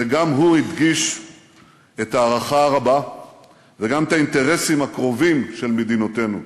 וגם הוא הדגיש את ההערכה הרבה וגם את האינטרסים הקרובים של מדינותינו,